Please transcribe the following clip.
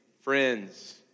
Friends